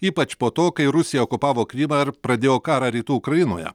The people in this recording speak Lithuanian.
ypač po to kai rusija okupavo krymą ir pradėjo karą rytų ukrainoje